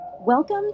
Welcome